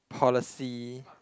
policy